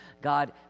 God